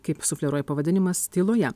kaip sufleruoja pavadinimas tyloje